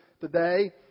today